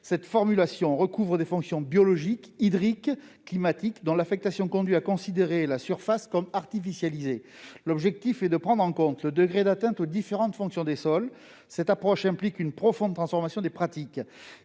Cette formulation recouvre les fonctions biologiques, hydriques et climatiques, dont le fait qu'elles soient affectées conduit à considérer la surface comme artificialisée, l'objectif étant de prendre en compte le degré d'atteinte aux différentes fonctions des sols. Cette approche implique une profonde transformation des pratiques.